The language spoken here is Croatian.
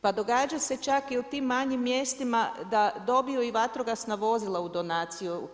Pa događa se čak i u tim manjim mjestima da dobiju i vatrogasna vozila u donaciju.